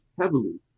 heavily